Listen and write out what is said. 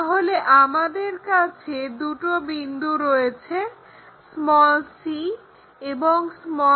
তাহলে আমাদের কাছে দুটো বিন্দু রয়েছে c এবং c